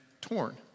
torn